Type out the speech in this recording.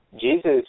Jesus